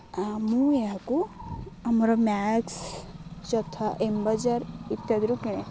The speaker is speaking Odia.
ମୁଁ ଏହାକୁ ଆମର ମ୍ୟାକ୍ସ୍ ଯଥା ଏମ୍ ବଜାର ଇତ୍ୟାଦିରୁ କିଣେ